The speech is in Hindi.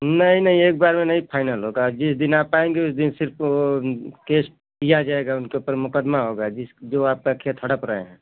नहीं नहीं एक बार में नहीं फाइनल होगा जिस दिन आप आएंगे उस दिन फिर तो केस किया जाएगा या उनके पर मुकदमा होगा जो आप क खेत हड़प रहे हैं